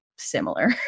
similar